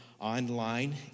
Online